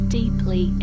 deeply